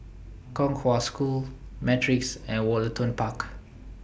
Kong Hwa School Matrix and Woollerton Park